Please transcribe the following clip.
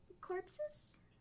corpses